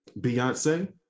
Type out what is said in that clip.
Beyonce